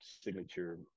signature